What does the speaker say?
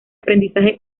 aprendizaje